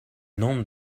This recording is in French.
nombre